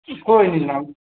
कोई निं जनाब